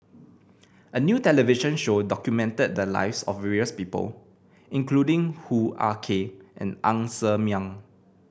a new television show documented the lives of various people including Hoo Ah Kay and Ng Ser Miang